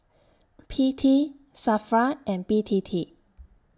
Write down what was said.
P T SAFRA and B T T